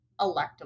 electable